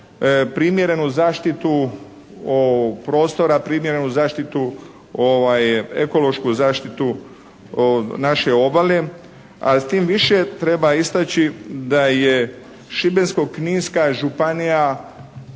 primjerenu zaštitu prostora, primjerenu zaštitu ekološku zaštitu naše obale, a tim više treba istaći da je Šibensko-kninska županija